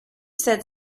said